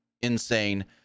insane